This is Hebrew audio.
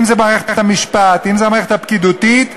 אם מערכת המשפט, אם המערכת הפקידותית,